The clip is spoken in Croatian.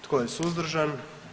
Tko je suzdržan?